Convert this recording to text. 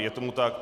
Je tomu tak.